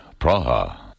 Praha